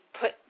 put